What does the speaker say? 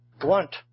blunt